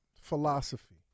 philosophy